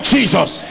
Jesus